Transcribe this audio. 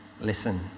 listen